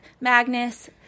Magnus